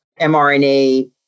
mRNA